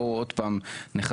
בואו עוד פעם נחזק,